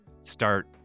start